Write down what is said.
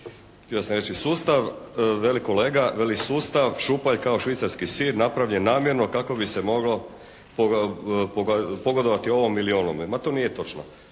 Htio sam reći sustav, veli kolega, veli: «Sustav šupalj kao švicarski sir napravljen namjerno kako bi se moglo pogodovati ovom ili onome». Ma to nije točno.